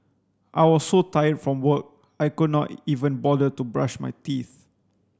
I was so tired from work I could not even bother to brush my teeth